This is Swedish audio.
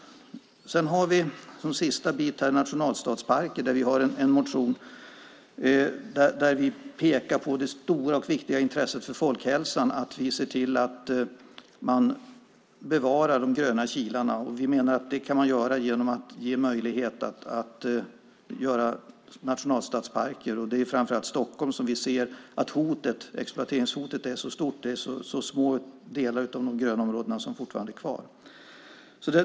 Som en sista bit här har vi nationalstadsparker, där vi i en motion pekar på det stora och viktiga intresset för folkhälsan av att se till att bevara de gröna kilarna. Vi menar att man kan göra det genom att ge möjlighet till nationalstadsparker. Det är framför allt i Stockholm som vi ser att exploateringshotet är så stort, för det är så små delar av grönområdena som fortfarande är kvar.